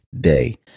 day